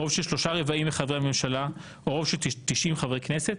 או של שלושה רבעים מחברי הממשלה או 90 חברי כנסת,